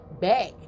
back